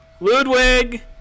Ludwig